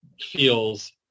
feels